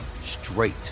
straight